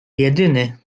jedyny